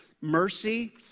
mercy